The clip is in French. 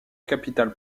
capitale